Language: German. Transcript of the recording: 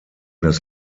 das